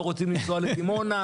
לא רוצים לנסוע לדימונה,